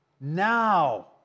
now